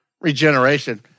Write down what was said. Regeneration